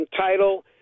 title